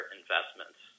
investments